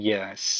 Yes